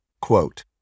quote